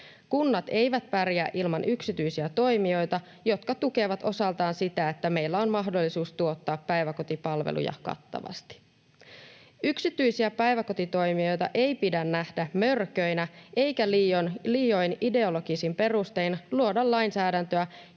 Kunnat eivät pärjää ilman yksityisiä toimijoita, jotka tukevat osaltaan sitä, että meillä on mahdollisuus tuottaa päiväkotipalveluja kattavasti. Yksityisiä päiväkotitoimijoita ei pidä nähdä mörköinä eikä liioin ideologisin perustein luoda lainsäädäntöä,